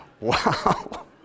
Wow